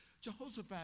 Jehoshaphat